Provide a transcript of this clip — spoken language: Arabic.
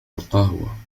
القهوة